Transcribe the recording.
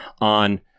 on